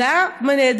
שזה היה נהדר,